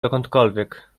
dokądkolwiek